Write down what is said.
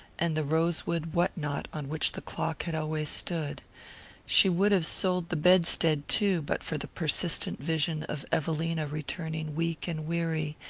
and the rosewood what-not on which the clock had always stood she would have sold the bedstead too, but for the persistent vision of evelina returning weak and weary,